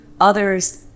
others